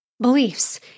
beliefs